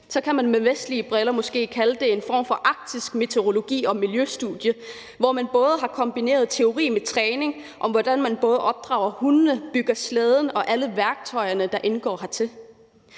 kan man med vestlige briller måske kalde det en form for arktisk meteorologi og miljøstudie, hvor man har kombineret teori med træning, i forhold til hvordan man både opdrager hundene og bygger slæden og alle værktøjerne, der indgår heri.